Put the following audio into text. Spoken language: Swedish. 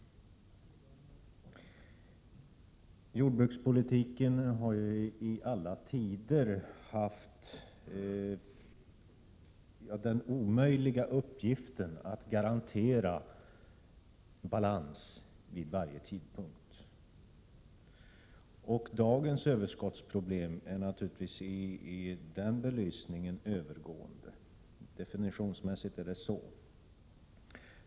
Jordbrukspolitiken har ju i alla tider haft den omöjliga uppgiften att garantera balans vid varje tidpunkt. Dagens överskottsproblem är naturligtvis i den belysningen övergående — definitionsmässigt förhåller det sig så.